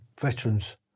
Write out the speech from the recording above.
veterans